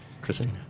Christina